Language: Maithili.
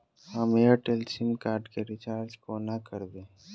हम एयरटेल सिम कार्ड केँ रिचार्ज कोना करबै?